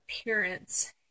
appearance